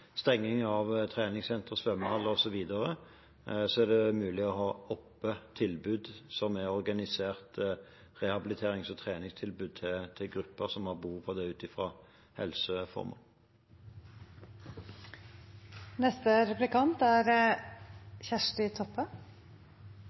stenging av treningssenter, svømmehaller osv. er mulig å holde åpent tilbud som er organiserte rehabiliterings- og treningstilbud til grupper som har behov for det ut fra helseformål. I evalueringsrapporten om opptrappingsplanen for habilitering og rehabilitering er